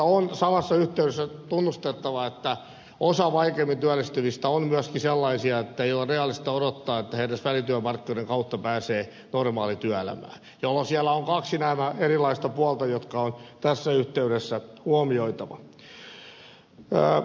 mutta on samassa yhteydessä tunnustettava että osa vaikeimmin työllistyvistä on myöskin sellaisia ettei ole reaalista odottaa että he edes välityömarkkinoiden kautta pääsevät normaaliin työelämään jolloin siellä on kaksi erilaista puolta jotka on tässä yhteydessä huomioitava